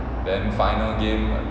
then final game